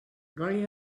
gall